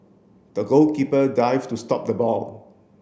the goalkeeper dived to stop the ball